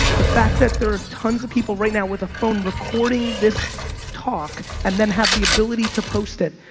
the fact that there are tons of people right now with a phone recording this talk and then have the ability to post it.